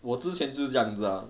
我之前是这样子 ah